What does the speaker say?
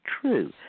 true